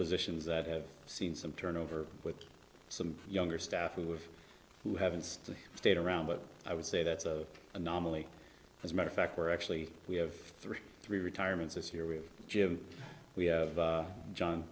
positions that have seen some turnover with some younger staff who have who haven't still stayed around but i would say that's a anomaly as a matter of fact we're actually we have three three retirements this year with jim we have john